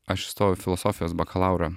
aš įstojau į filosofijos bakalaurą